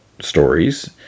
stories